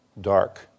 dark